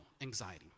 anxiety